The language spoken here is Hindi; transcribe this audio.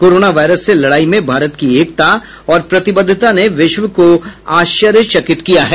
कोरोना वायरस से लड़ाई में भारत की एकता और प्रतिबद्धता ने विश्व को आश्चर्यचकित किया है